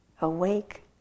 awake